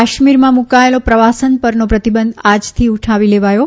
કાશ્મીરમાં મૂકાથેલો પ્રવાસન પરનો પ્રતિબંધ આજથી ઉઠાવી લેવાથો